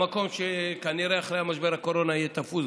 למקום שכנראה אחרי משבר הקורונה יהיה תפוס,